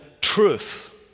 truth